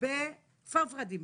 בכפר ורדים,